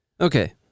Okay